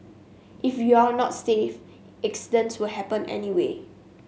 if you're not safe accidents will happen anyway